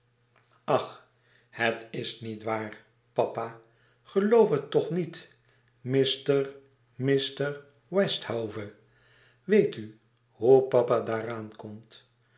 ach het is niet waar papa geloof het toch niet mr mr westhve weet u hoe papa daaraan komt